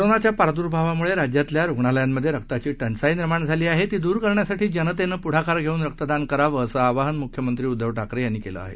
कोरोनाच्या प्राद्र्भावामुळे राज्यातल्या रुग्णालयांमधे रक्ताची टंचाई निर्माण झाली आहे ती द्र करण्यासाठी जनतेनं प्ढाकार घेऊन रक्तदान करावं असं आवाहन म्ख्यमंत्री उद्धव ठाकरे यांनी केलं आहे